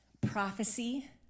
prophecy